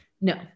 No